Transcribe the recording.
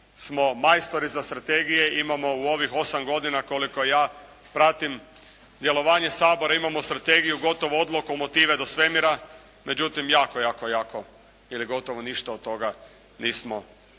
smo majstori za strategije. Imamo u ovih 8 godina koliko ja pratim djelovanje Sabora, imamo strategiju gotovo od lokomotive do svemira. Međutim jako, jako, jako ili gotovo ništa od toga nismo pretočili